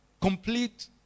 complete